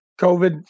COVID